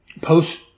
post